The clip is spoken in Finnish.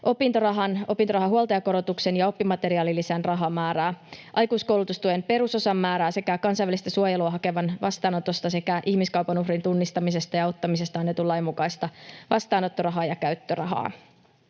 opintorahan, opintorahan huoltajakorotuksen ja oppimateriaalilisän rahamäärää, aikuiskoulutustuen perusosan määrää sekä kansainvälistä suojelua hakevan vastaanotosta sekä ihmiskaupan uhrin tunnistamisesta ja auttamisesta annetun lain mukaista vastaanottorahaa ja käyttörahaa.